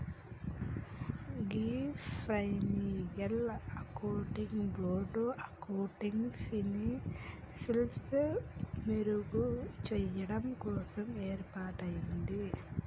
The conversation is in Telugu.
గీ ఫైనాన్షియల్ అకౌంటింగ్ బోర్డ్ అకౌంటింగ్ ప్రిన్సిపిల్సి మెరుగు చెయ్యడం కోసం ఏర్పాటయింది